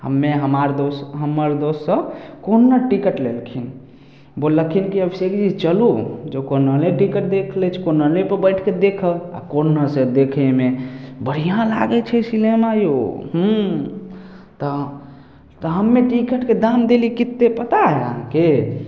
हम्मे हमार दोस हम्मर दोस्त सब कोन्ना टिकट लेलखिन बोललखिन कि सेठ जी अब चलु जो कोनले टिकट देख लै छी कोनले पर बैठके देखब आ कोन्ना से देखे मे बढ़िऑं लागै छै सिनेमा यौ तऽ तऽ हम्मे टिकटके दाम देली कते पता हइ अहाँके